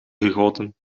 gegoten